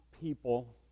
people